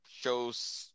shows